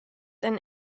and